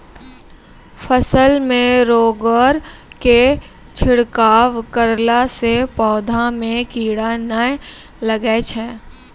फसल मे रोगऽर के छिड़काव करला से पौधा मे कीड़ा नैय लागै छै?